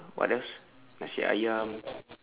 what else nasi ayam